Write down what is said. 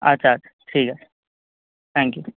আচ্ছা আচ্ছা ঠিক আছে থ্যাংক ইউ